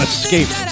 Escape